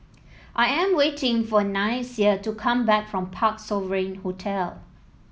I am waiting for Nyasia to come back from Parc Sovereign Hotel